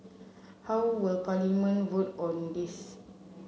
how will Parliament vote on this